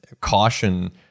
caution